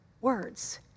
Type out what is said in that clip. words